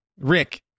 Rick